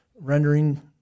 rendering